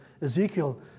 Ezekiel